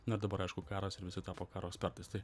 nu ir dabar aišku karas ir visi tapo karo ekspertais tai